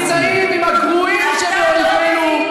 מזדהים עם הגרועים שבאויבנו.